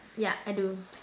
ya I do